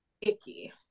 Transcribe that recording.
icky